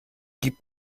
gib